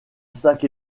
sac